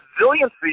resiliency